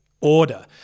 order